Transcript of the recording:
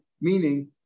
meaning